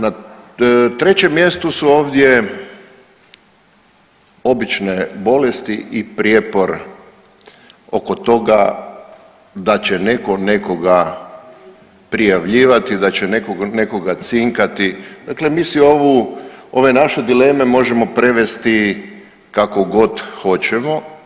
Na trećem mjestu su ovdje obične bolesti i prijepor oko toga da će neko nekoga prijavljivati, da će neko nekoga cinkati, dakle mi si ovu, ove naše dileme možemo prevesti kako kod hoćemo.